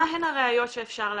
מה הן הראיות שאפשר להשיג.